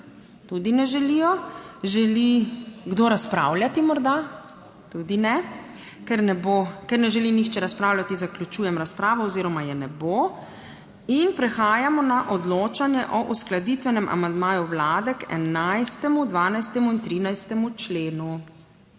Tudi ne želijo. Želi kdo razpravljati morda? (Ne.) Tudi ne. Ker ne bo, ker ne želi nihče razpravljati, zaključujem razpravo oziroma je ne bo. In prehajamo na odločanje o uskladitvenem amandmaju Vlade k 11., 12. in 13. členu.